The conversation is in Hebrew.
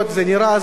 זה נראה הזוי.